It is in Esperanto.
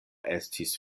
estis